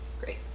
great